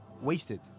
wasted